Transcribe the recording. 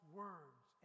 words